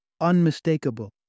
unmistakable